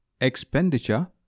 Expenditure